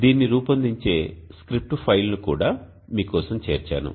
దీన్ని రూపొందించే స్క్రిప్ట్ ఫైల్ని కూడా మీ కోసం చేర్చాను